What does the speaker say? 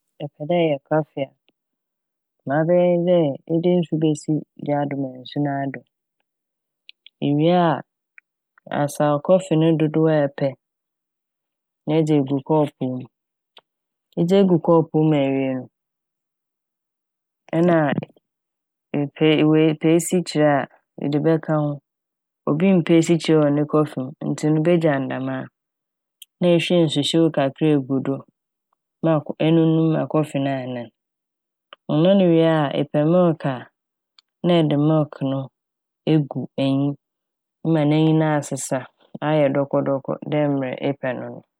Sɛ epɛ dɛ eyɛ kɔfe a ma ebɛyɛ nye dɛ ede nsu besi gya do ma nsu no adɔ. Iwie a asaw kɔfe no ne dodow a epɛ na edze egu kɔɔpow mu. Edze egu kɔɔpow mu ewie no nna a epɛ wei- epɛ esikyere a ede bɛka ho. Obi mmpɛ esikyere wɔ ne kɔfe m' ntsi ɔno ebgya ne dɛm aa na ehwie nsu hyew kakra egu do ma -na enunum ma kɔfe ne anan. Ɔnan wie a epɛ "milk" a na ede "milk" no egu enyi ma n'enyi no asesa no asesa ayɛ dɔkɔdɔkɔ dɛ mbrɛ ɛpɛ no.